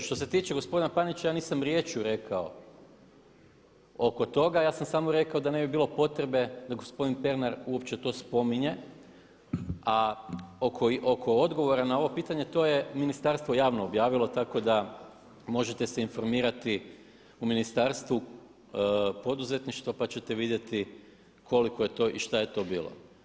Što se tiče gospodina Panenića ja nisam riječju rekao oko toga, ja sam samo rekao da ne bi bilo potrebe da gospodin Pernar uopće to spominje a oko odgovora na ovo pitanje to je ministarstvo javno objavilo tako da možete se informirati u ministarstvu poduzetništva pa ćete vidjeti koliko je to i šta je to bilo.